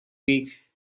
week